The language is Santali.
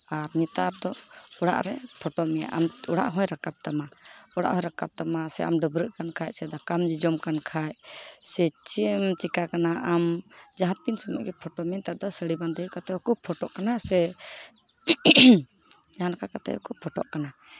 ᱟᱨ ᱱᱮᱛᱟᱨ ᱫᱚ ᱚᱲᱟᱜ ᱨᱮ ᱯᱷᱳᱴᱳ ᱢᱮᱭᱟ ᱟᱢ ᱚᱲᱟᱜ ᱦᱚᱭ ᱨᱟᱠᱟᱵ ᱛᱟᱢᱟ ᱚᱲᱟᱜ ᱦᱚᱭ ᱨᱟᱠᱟᱵ ᱛᱟᱢᱟ ᱥᱮ ᱟᱢ ᱰᱟᱹᱵᱽᱨᱟᱹᱜ ᱠᱟᱱ ᱠᱷᱟᱡ ᱥᱮ ᱫᱟᱠᱟᱢ ᱡᱚᱡᱚᱢ ᱠᱟᱱ ᱠᱷᱟᱡ ᱥᱮ ᱪᱮᱫ ᱮᱢ ᱪᱤᱠᱟᱹ ᱠᱟᱱᱟ ᱟᱢ ᱡᱟᱦᱟᱸ ᱛᱤᱱ ᱥᱚᱢᱚᱭ ᱜᱮ ᱯᱷᱳᱴᱳ ᱢᱮ ᱱᱮᱛᱟᱨ ᱫᱚ ᱥᱟᱹᱲᱤ ᱵᱟᱸᱫᱮ ᱠᱟᱛᱮᱜ ᱦᱚᱸᱠᱚ ᱯᱷᱳᱴᱳᱜ ᱠᱟᱱᱟ ᱥᱮ ᱡᱟᱦᱟᱸ ᱞᱮᱠᱟ ᱠᱟᱛᱮᱫ ᱜᱮᱠᱚ ᱯᱷᱳᱴᱳᱜ ᱠᱟᱱᱟ